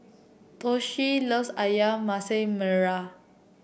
Toshio loves ayam Masak Merah